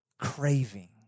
craving